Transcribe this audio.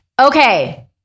okay